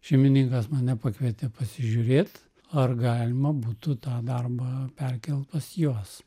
šeimininkas mane pakvietė pasižiūrėt ar galima būtų tą darbą perkelt pas juos